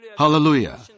Hallelujah